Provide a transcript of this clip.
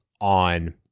on